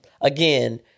again